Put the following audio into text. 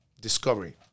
discovery